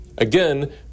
Again